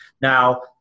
Now